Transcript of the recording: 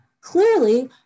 Clearly